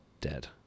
dead